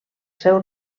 seu